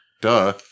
Duh